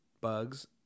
bugs